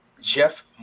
Jeff